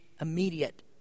immediate